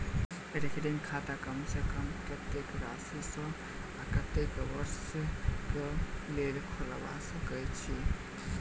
recurring खाता कम सँ कम कत्तेक राशि सऽ आ कत्तेक वर्ष कऽ लेल खोलबा सकय छी